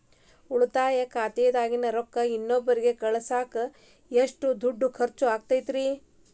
ಉಳಿತಾಯ ಖಾತೆದಾಗಿನ ರೊಕ್ಕ ಇನ್ನೊಬ್ಬರಿಗ ಕಳಸಾಕ್ ಎಷ್ಟ ದುಡ್ಡು ಖರ್ಚ ಆಗ್ತೈತ್ರಿ?